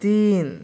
तीन